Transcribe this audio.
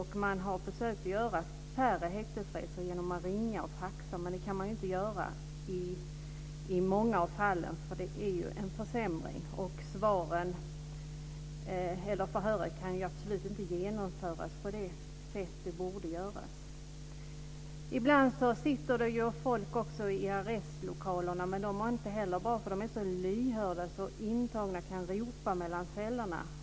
Man har försökt att göra färre häktesresor genom att ringa och faxa, men det kan man inte alltid göra. Det innebär ju en försämring, och förhören kan inte genomföras som de borde. Ibland sitter folk i arrestlokalerna, men de är inte heller bra. De är så lyhörda att intagna kan ropa mellan cellerna.